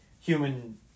human